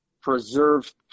preserve